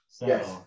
Yes